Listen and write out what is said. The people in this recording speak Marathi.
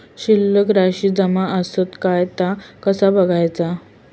शिल्लक राशी जमा आसत काय ता कसा बगायचा?